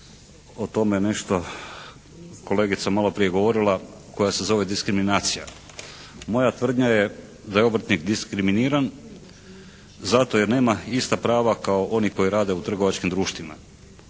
o tome je nešto kolegica malo prije govorila koja se zove diskriminacija. Moja tvrdnja je da je obrtnik diskriminiran zato jer nema ista prava kao oni koji rade u trgovačkim društvima.